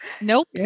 nope